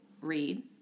read